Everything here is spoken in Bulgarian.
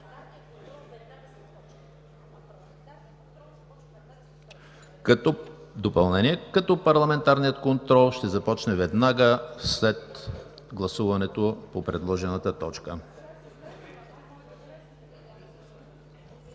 г. Допълнение – парламентарният контрол ще започне веднага след гласуването по предложената точка.